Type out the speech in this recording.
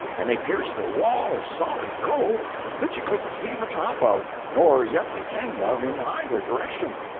and they pierced a wall of solid gold that you couldn't see the top of, nor yet the end of, in either direction.